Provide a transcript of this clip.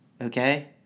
Okay